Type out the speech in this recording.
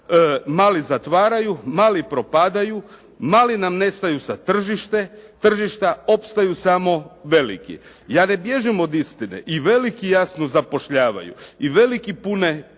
Mali zatvaraju, mali propadaju, mali nam nestaju sa tržišta, opstaju samo veliki. Ja ne bježim od istine. I veliki jasno zapošljavaju, i veliki pune